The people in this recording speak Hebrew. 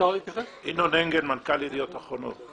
ינון אנגל, מנכ"ל ידיעות אחרונות.